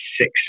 six